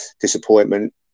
disappointment